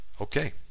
Okay